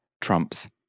Trump's